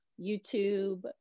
YouTube